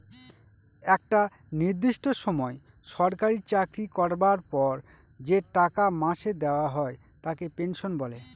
একটা নির্দিষ্ট সময় সরকারি চাকরি করবার পর যে টাকা মাসে দেওয়া হয় তাকে পেনশন বলে